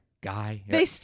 Guy